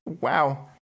Wow